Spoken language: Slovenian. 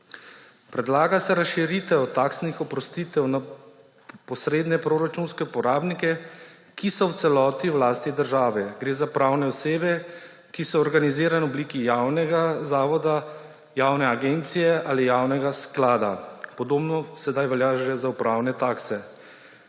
Predlaga se razširitev taksnih oprostitev za posredne proračunske porabnike, ki so v celoti v lasti države. Gre za pravne osebe, ki so organizirane v obliki javnega zavoda, javne agencije ali javnega sklada; podobno zdaj velja že za upravne takse.